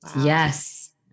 Yes